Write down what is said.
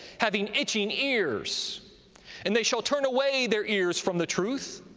having itching ears and they shall turn away their ears from the truth,